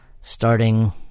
starting